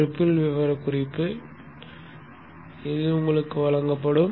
ரிப்பில் விவரக்குறிப்பு இது உங்களுக்கு வழங்கப்படும்